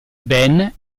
ben